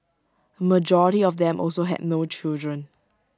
A majority of them also had no children